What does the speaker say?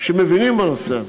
שמבינים בנושא הזה,